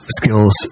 skills